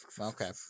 Okay